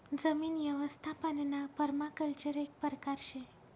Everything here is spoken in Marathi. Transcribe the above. जमीन यवस्थापनना पर्माकल्चर एक परकार शे